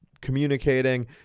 communicating